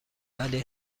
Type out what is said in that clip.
ولی